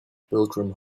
pilgrim